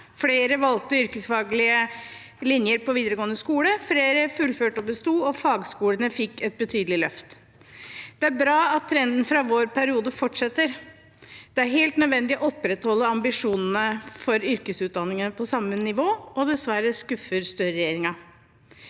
flere valgte yrkesfaglige linjer på videregående skole, flere fullførte og besto, og fagskolene fikk et betydelig løft. Det er bra at trenden fra vår periode fortsetter. Det er helt nødvendig å opprettholde ambisjonene for yrkesutdanningene på samme nivå, og dessverre skuffer Støre-regjeringen.